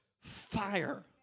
fire